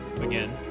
again